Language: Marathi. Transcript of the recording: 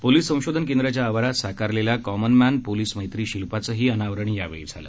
पोलीस संशोधन केंद्राच्या आवारात साकारलेल्या कॉमन मॅन पोलीस मैत्री शिल्पाचंही अनावरण यावेळी झालं